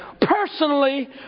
personally